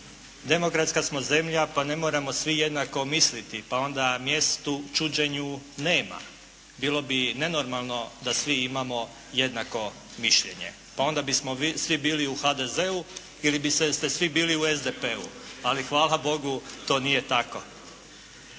Demokratska smo zemlja, pa ne moramo svi jednako misliti, pa onda mjestu čuđenju nema. Bilo bi nenormalno da svi imamo jednako mišljenje. Pa onda bismo svi bili u HDZ-u ili bi svi bili u SDP-u, ali hvala Bogu to nije tako.